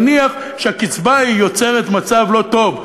נניח שהקצבה יוצרת מצב לא טוב,